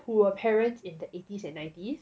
who were parents in the eighties and nineties